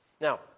Now